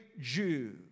Jew